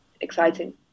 exciting